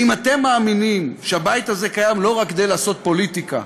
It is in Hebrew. אם אתם מאמינים שהבית הזה קיים לא רק כדי לעשות פוליטיקה,